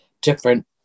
different